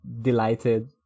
delighted